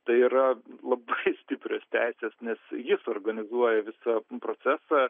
tai yra labai stiprios teisės nes jis organizuoja visą procesą